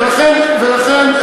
ולכן,